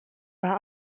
war